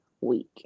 week